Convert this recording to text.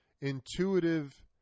intuitive